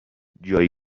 جایی